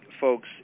folks